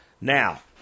Now